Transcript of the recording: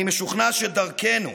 אני משוכנע שדרכנו,